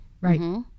Right